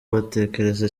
batekereza